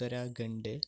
Uttarakhand